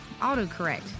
autocorrect